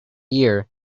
year